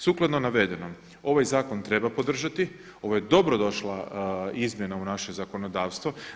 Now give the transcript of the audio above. Sukladno navedenom, ovaj zakon treba podržati, ovo je dobrodošla izmjena u naše zakonodavstvo.